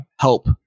help